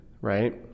right